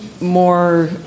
more